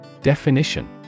Definition